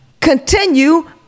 Continue